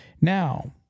Now